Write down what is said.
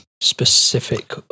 specific